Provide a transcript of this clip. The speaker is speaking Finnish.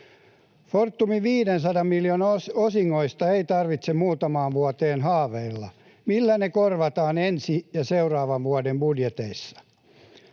Fortumin 500 miljoonan osingoista ei tarvitse muutamaan vuoteen haaveilla. Millä ne korvataan ensi ja seuraavan vuoden budjeteissa?